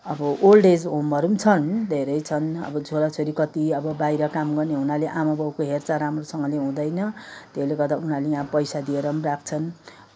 अब old age होमहरू पनि छन् धेरै छन् अब छोराछोरी कति अब बाहिर काम गर्ने हुनाले आमा बाउको हेरचाह राम्रोसँगले हुँदैन त्यसले गर्दा उनीहरूले यहाँ पैसा दिएर पनि राख्छन्